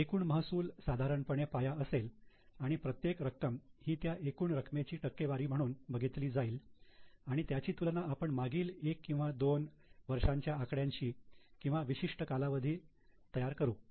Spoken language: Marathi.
एकूण महसूल साधारणपणे पाया असेल आणि प्रत्येक रक्कम ही त्या एकूण रकमेची टक्केवारी म्हणून बघितली जाईल आणि त्याची तुलना आपण मागील एक किंवा दोन दोन वर्षांच्या आकड्यांशी किंवा विशिष्ट कालावधी करता करू